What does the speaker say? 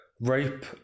rape